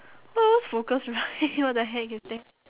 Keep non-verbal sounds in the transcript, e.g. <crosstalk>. first focus right <laughs> what the heck is that